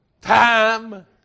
time